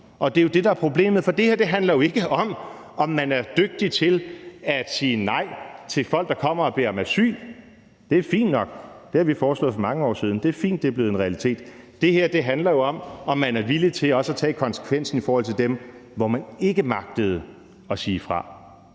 op. Det er jo det, der er problemet, for det her handler jo ikke om, om man er dygtig til at sige nej til folk, der kommer og beder om asyl. Det er fint nok – det har vi foreslået for mange år siden, og det er fint, at det er blevet en realitet. Det her handler jo om, om man er villig til også at tage konsekvensen i forhold til dem, som man ikke magtede at sige fra